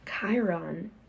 Chiron